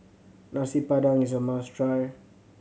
Nasi Padang is a must try